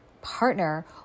partner